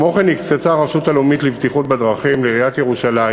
כמו כן הקצתה הרשות הלאומית לבטיחות בדרכים לעיריית ירושלים